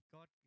God